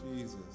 Jesus